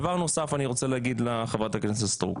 דבר נוסף אני רוצה להגיד לחברת הכנסת סטרוק,